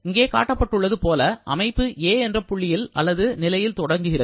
இங்கே காட்டப்பட்டுள்ளது போல அமைப்பு A என்ற புள்ளியில் அல்லது நிலையில் துவங்குகிறது